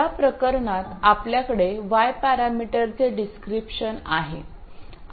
या प्रकरणात आपल्याकडे y पॅरामीटरचे डीस्क्रीप्शन आहे